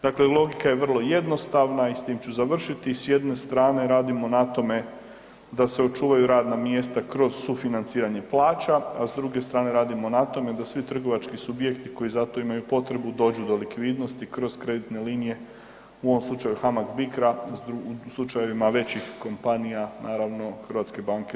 Dakle, logika je vrlo jednostavna i s tim ću završiti, s jedne strane radimo na tome da se očuvaju radna mjesta kroz sufinanciranje plaća, a s druge strane radimo na tome da svi trgovački subjekti koji za to imaju potrebu dođu do likvidnosti kroz kreditne linije, u ovom slučaju HAMAG-BICRO-a, u slučajevima većih kompanija naravno HBOR-a.